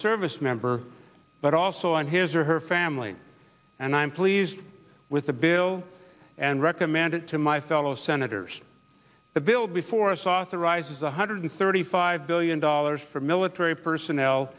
service member but also on his or her family and i'm pleased with the bill and recommend it to my fellow senators the bill before us authorizes one hundred thirty five billion dollars for military personnel